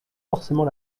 forcément